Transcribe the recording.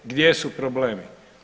Gdje su problemi?